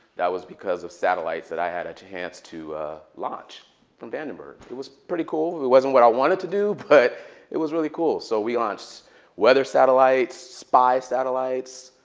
that was because of satellites that i had a chance to launch from vandenberg. it was pretty cool. it wasn't what i wanted to do. but it was really cool. so we launched weather satellites, spy satellites.